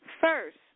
First